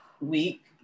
week